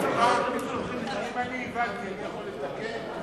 אם אני העברתי, אני יכול לתקן?